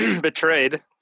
Betrayed